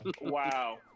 Wow